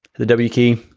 the w key,